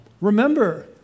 Remember